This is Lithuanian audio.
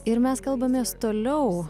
ir mes kalbamės toliau